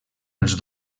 els